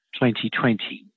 2020